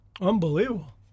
Unbelievable